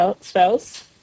spouse